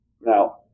now